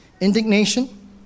indignation